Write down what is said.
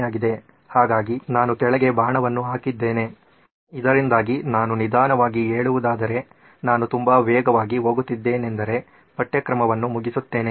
ಹಾಗಾಗಿ ನಾನು ಕೆಳಗೆ ಬಾಣವನ್ನು ಹಾಕಿದ್ದೇನೆ ಇದರಿಂದಾಗಿ ನಾನು ನಿಧಾನವಾಗಿ ಹೇಳುವುದಾದರೆ ನಾನು ತುಂಬಾ ವೇಗವಾಗಿ ಹೋಗುತ್ತಿದ್ದೇನೆಂದರೆ ಪಠ್ಯಕ್ರಮವನ್ನು ಮುಗಿಸುತ್ತೆನೆ